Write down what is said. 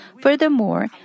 Furthermore